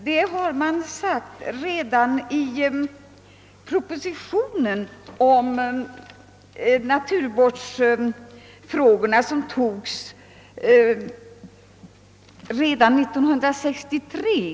Detta framhölls också i propositionen om naturvårdsfrågorna som antogs redan 1963.